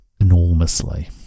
enormously